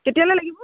কেতিয়ালৈ লাগিব